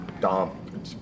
Dom